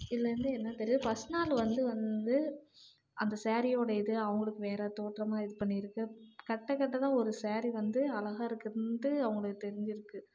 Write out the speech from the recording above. இதுலேருந்து என்ன தெரியுது ஃபஸ்ட் நாள் வந்து வந்து அந்த ஸேரீயோடய இது அவங்களுக்கு வேற தோற்றமாக இது பண்ணியிருக்கு கட்ட கட்ட தான் ஒரு ஸேரீ வந்து அழகா இருக்குதுன்ட்டு அவங்களுக்கு தெரிஞ்சிருக்குது